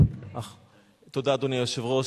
תודה, אדוני היושב-ראש.